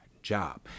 Job